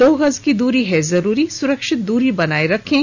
दो गज की दूरी है जरूरी सुरक्षित दूरी बनाए रखें